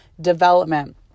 development